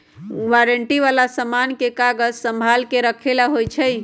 warranty वाला समान के कागज संभाल के रखे ला होई छई